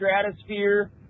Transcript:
stratosphere